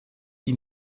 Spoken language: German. die